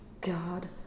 god